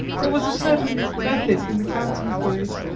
there was a certain method in the count's inquiries,